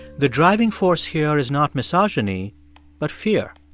the driving force here is not misogyny but fear.